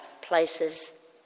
places